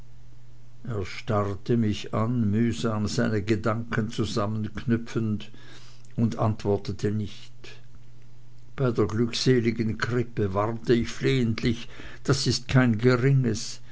er starrte mich an mühsam seine gedanken zusammenknüpfend und antwortete nicht bei der glückseligen krippe warnte ich flehentlich das ist kein geringes